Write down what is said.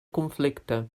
conflicte